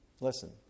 Listen